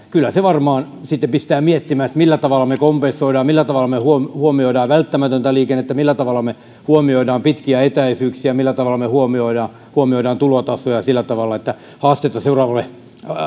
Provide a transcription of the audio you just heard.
kyllä se varmaan sitten pistää miettimään millä tavalla me kompensoimme millä tavalla me huomioimme välttämätöntä liikennettä millä tavalla me huomioimme pitkiä etäisyyksiä millä tavalla me huomioimme tulotasoja ja sillä tavalla että haastetta seuraavalle